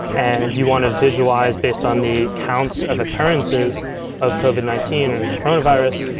and you want to visualize based on the counts of occurrences of covid nineteen or the coronavirus,